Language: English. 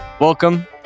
welcome